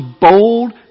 bold